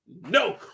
No